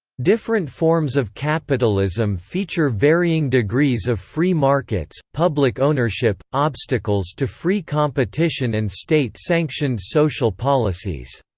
different forms of capitalism feature varying degrees of free markets, public ownership, obstacles to free competition and state-sanctioned social policies.